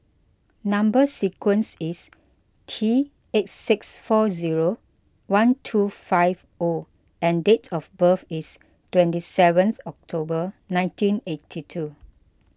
Number Sequence is T eight six four zero one two five O and date of birth is twenty seventh October nineteen eighty two